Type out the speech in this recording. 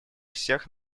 всех